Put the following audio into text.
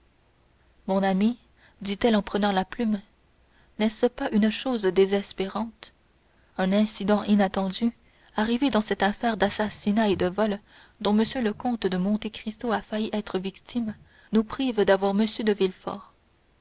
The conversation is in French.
mon ami dit-elle en prenant la plume n'est-ce pas une chose désespérante un incident inattendu arrivé dans cette affaire d'assassinat et de vol dont m le comte de monte cristo a failli être victime nous prive d'avoir m de